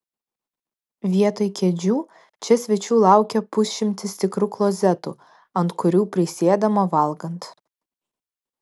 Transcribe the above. vietoj kėdžių čia svečių laukia pusšimtis tikrų klozetų ant kurių prisėdama valgant